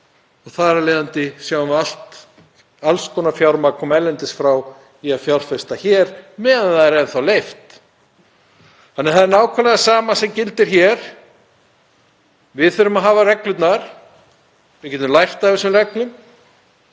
og þar af leiðandi sjáum við alls konar fjármagn koma að utan til að fjárfesta hér meðan það er enn þá leyft. Það er nákvæmlega það sama sem gildir hér, við þurfum að hafa reglurnar, við getum lært af þessum reglum